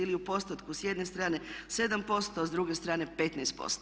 Ili u postotku s jedne strane 7% a s druge strane 15%